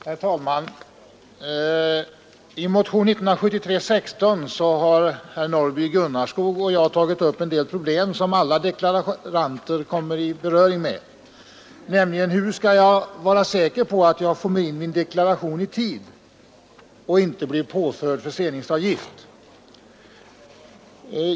Herr talman! I motionen 16 år 1973 har herr Norrby i Gunnarskog och jag tagit upp en del problem som alla deklaranter kommer i beröring med, nämligen hur man skall vara säker på att man får in sin deklaration i tid och inte blir påförd förseningsavgift.